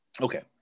Okay